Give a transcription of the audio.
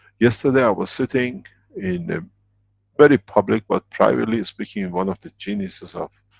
yesterday i was sitting in a very public but privately speaking, and one of the geniuses of,